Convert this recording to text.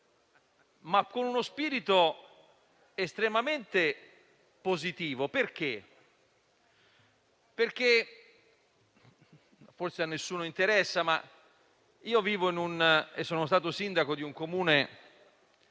con uno spirito estremamente positivo. E questo perché - forse a nessuno interessa - io vivo e sono stato sindaco in un Comune